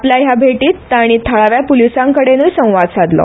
आपल्या ह्या भेटींत तोंणी थळाव्या पुलिसां कडेनूय संवाद सादलो